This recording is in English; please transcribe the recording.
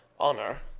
honour,